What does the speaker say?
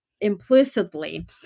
implicitly